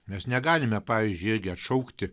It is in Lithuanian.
mes negalime pavyzdžiui irgi atšaukti